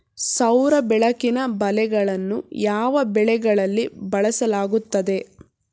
ಸೌರ ಬೆಳಕಿನ ಬಲೆಗಳನ್ನು ಯಾವ ಬೆಳೆಗಳಲ್ಲಿ ಬಳಸಲಾಗುತ್ತದೆ?